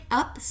up